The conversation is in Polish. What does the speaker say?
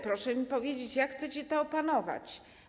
Proszę mi powiedzieć, jak chcecie to opanować.